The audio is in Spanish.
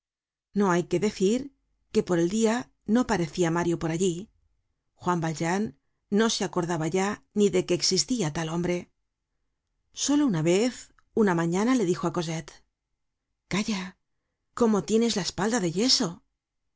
no hay que decir que por el dia no parecia mario por allí juan valjean no se acordaba ya ni de que existia tal hombre solo una vez una ma ñaña le dijo á cosette calla cómo tienes la espalda de yeso